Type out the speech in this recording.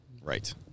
Right